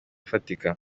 ufatika